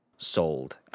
sold